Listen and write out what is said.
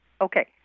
Okay